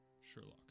Sherlock